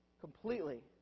completely